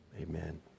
amen